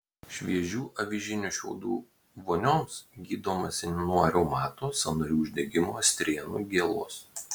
šviežių avižinių šiaudų vonioms gydomasi nuo reumato sąnarių uždegimo strėnų gėlos